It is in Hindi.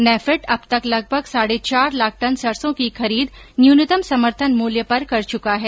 नैफेड अब तक लगभग साढे चार लाख टन सरसों की खरीद न्यूनतम समर्थन मूल्य पर कर चुका है